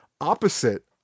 opposite